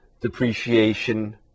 depreciation